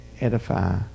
edify